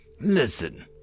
Listen